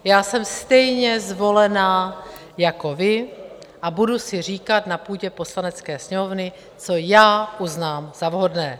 Já jsem stejně zvolená jako vy a budu si říkat na půdě Poslanecké sněmovny, co já uznám za vhodné.